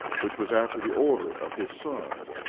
which was after the order of his son,